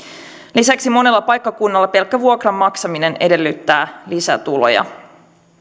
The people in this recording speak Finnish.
lisäksi monella paikkakunnalla pelkkä vuokran maksaminen edellyttää lisätuloja